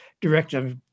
director